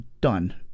done